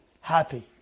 happy